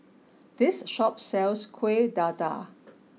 this shop sells Kuih Dadar